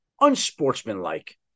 unsportsmanlike